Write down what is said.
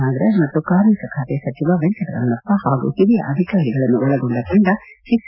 ನಾಗರಾಜ್ ಮತ್ತು ಕಾರ್ಮಿಕ ಖಾತೆ ಸಚಿವ ವೆಂಕಟರವಣಪ್ಪ ಹಾಗೂ ಓರಿಯ ಅಧಿಕಾರಿಗಳನ್ನು ಒಳಗೊಂಡ ತಂಡ ಹೆಜ್